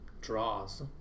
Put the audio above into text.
draws